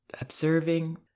observing